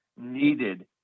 needed